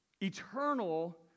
eternal